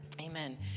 Amen